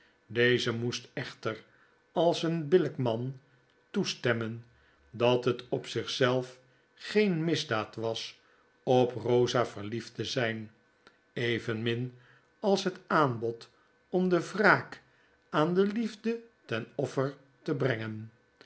deze moest echter als een billijk raan toestemmendathet op zieh zelf geen misdaad was op eosa verliefd te zijn evenmin als het aanbod om de wraak aan de liefde ten offer te brengen